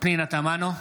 פנינה תמנו,